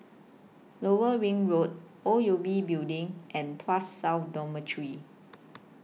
Lower Ring Road O U B Building and Tuas South Dormitory